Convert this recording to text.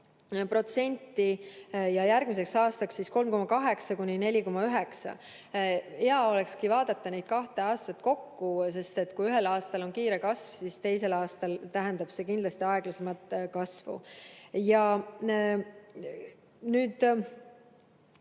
5,3–8,2% ja järgmiseks aastaks 3,8–4,9%. Hea olekski vaadata neid kahte aastat koos, sest kui ühel aastal on kiire kasv, siis teisel aastal tähendab see kindlasti aeglasemat kasvu. Ja